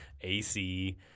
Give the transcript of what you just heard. AC